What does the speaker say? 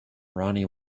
ronnie